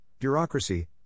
bureaucracy